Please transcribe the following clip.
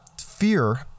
fear